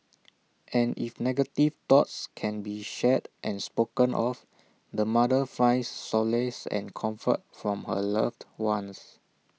and if negative thoughts can be shared and spoken of the mother finds solace and comfort from her loved ones